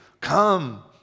Come